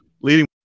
leading